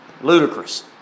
Ludicrous